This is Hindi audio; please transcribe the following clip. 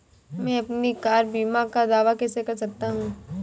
मैं अपनी कार बीमा का दावा कैसे कर सकता हूं?